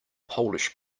polish